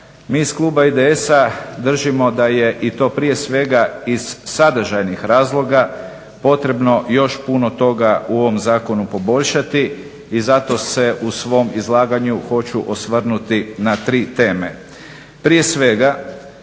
mi iz kluba IDS-a držimo da je i to prije svega iz sadržajnih razloga potrebno još puno toga u ovom zakonu poboljšati i zato se u svom izlaganju hoću osvrnuti na tri teme. Prije svega